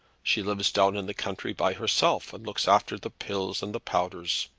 she lives down in the country by herself, and looks after de pills and de powders.